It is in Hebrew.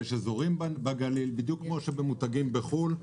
יש אזורים בגליל בדיוק כמו במותגים בחו"ל.